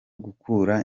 gukura